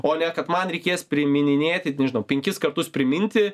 o ne kad man reikės primininėti maždaug penkis kartus priminti